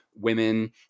Women